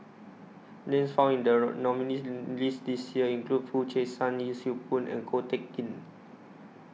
Names found in The nominees' list This Year include Foo Chee San Yee Siew Pun and Ko Teck Kin